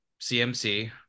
CMC